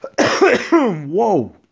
whoa